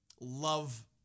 love